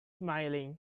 smiling